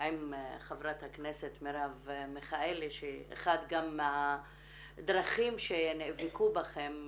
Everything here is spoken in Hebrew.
עם חברת הכנסת מרב מיכאלי שאחת גם הדרכים שנאבקו בכן,